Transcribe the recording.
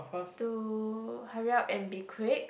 to hurry up and be quick